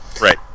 Right